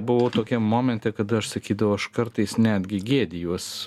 buvau tokiam momente kad aš sakydavau aš kartais netgi gėdijuos